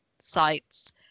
sites